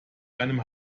einem